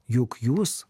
juk jūs